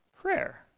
prayer